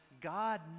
God